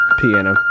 piano